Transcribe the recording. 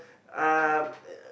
um